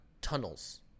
Tunnels